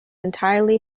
entirely